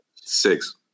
Six